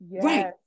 Right